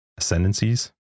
ascendancies